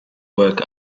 work